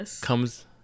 comes